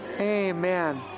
amen